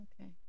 Okay